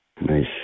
nice